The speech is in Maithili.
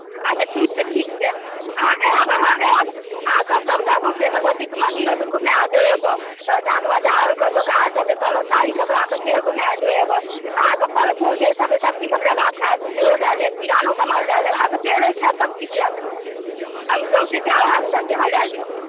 अच्छा ठीक छै ठीक छै अहाँ आयब अहाँ आयब अहाँकेँ हम सभटा सौँसै भगवतीके मन्दिरो सभ घुमाए देब हाट बाजारके दोकानसभ जे कहलहुँ साड़ी कपड़ाके से घुमाए देब अहाँकेँ फल फूल जेसभ सब्जीसभ लेबाक हैत सेहो लए लेब किरानोके सामान लए लेब अहाँके जे लै के हैत सभकिछ लए सकै छी हम गामसँ जायब अहाँके सङ्गे अहाँ लए लेब